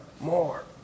more